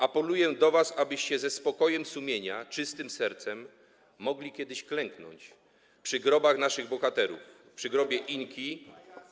Apeluję do was, abyście ze spokojem sumienia i czystym sercem mogli kiedyś klęknąć przy grobach naszych bohaterów, przy grobie „Inki”